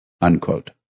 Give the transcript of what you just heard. Unquote